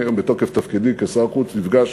ואני היום בתוקף תפקידי כשר החוץ נפגש